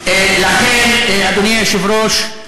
לכן, אדוני היושב-ראש,